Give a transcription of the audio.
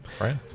right